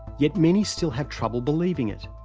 yet many still have trouble believing it.